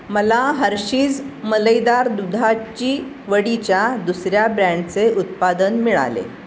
मला हर्षीज मलईदार दुधाची वडीच्या दुसऱ्या ब्रँडचे उत्पादन मिळाले